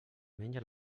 menja